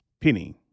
penny